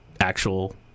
actual